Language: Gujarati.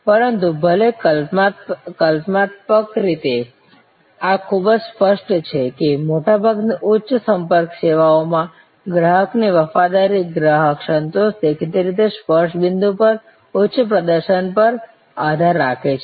પરંતુ ભલે કલ્પનાત્મક રીતે આ ખૂબ જ સ્પષ્ટ છે કે મોટાભાગની ઉચ્ચ સંપર્ક સેવાઓમાં ગ્રાહકની વફાદારી ગ્રાહક સંતોષ દેખીતી રીતે સ્પર્શ બિંદુ પર ઉચ્ચ પ્રદર્શન પર આધાર રાખે છે